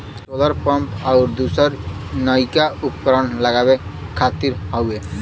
solar pump आउर दूसर नइका उपकरण लगावे खातिर हौ